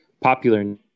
popular